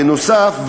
בנוסף,